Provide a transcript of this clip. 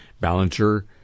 Ballinger